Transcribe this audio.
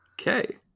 Okay